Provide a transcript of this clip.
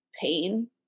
pain